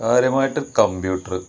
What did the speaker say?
കാര്യമായിട്ട് കമ്പ്യൂട്ടറ്